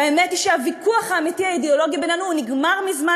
והאמת היא שהוויכוח האמיתי האידיאולוגי בינינו נגמר מזמן,